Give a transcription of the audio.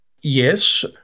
Yes